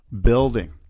Building